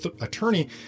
attorney